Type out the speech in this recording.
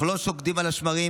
אנחנו לא שוקטים על השמרים,